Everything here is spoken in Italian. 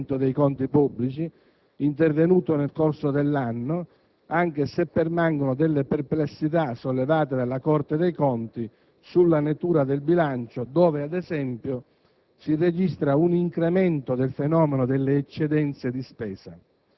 Il provvedimento attesta, quindi, un decisivo miglioramento dei conti pubblici intervenuto nel corso dell'anno, anche se permangono perplessità, sollevate dalla Corte dei conti sulla lettura del bilancio, in cui, ad esempio,